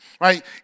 right